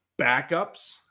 backups